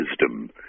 Wisdom